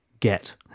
get